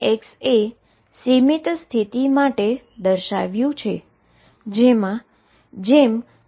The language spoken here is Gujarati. હવે ψ એ બાઉન્ડ સ્ટેટ માટે દર્શાવ્યુ છે